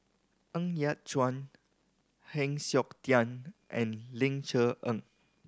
Ng Yat Chuan Heng Siok Tian and Ling Cher Eng